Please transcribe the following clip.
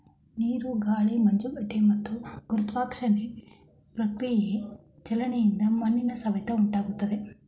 ನೀರು ಗಾಳಿ ಮಂಜುಗಡ್ಡೆ ಮತ್ತು ಗುರುತ್ವಾಕರ್ಷಣೆ ಪ್ರತಿಕ್ರಿಯೆಯ ಚಲನೆಯಿಂದ ಮಣ್ಣಿನ ಸವೆತ ಉಂಟಾಗ್ತದೆ